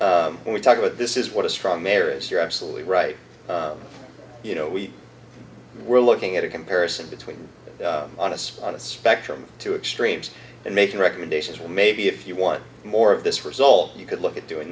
but when we talk about this is what a strong mayor is you're absolutely right you know we were looking at a comparison between on a spot of spectrum to extremes and making recommendations well maybe if you want more of this result you could look at doing